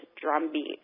drumbeat